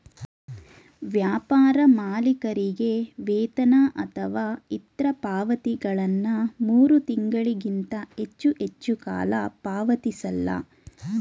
ವ್ಯಾಪಾರ ಮಾಲೀಕರಿಗೆ ವೇತನ ಅಥವಾ ಇತ್ರ ಪಾವತಿಗಳನ್ನ ಮೂರು ತಿಂಗಳಿಗಿಂತ ಹೆಚ್ಚು ಹೆಚ್ಚುಕಾಲ ಪಾವತಿಸಲ್ಲ